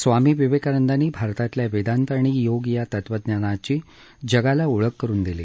स्वामी विवेकानंदांनी भारतातल्या वेदांत आणि योग या तत्वज्ञानांची जगाला ओळख करुन दिली